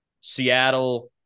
Seattle